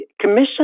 commission